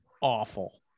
awful